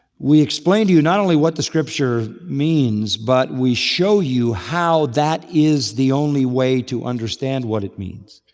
we explain to you not only what the scripture means but we show you how that is the only way to understand what it means.